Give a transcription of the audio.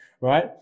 right